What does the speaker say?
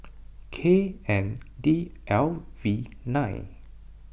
K N D L V nine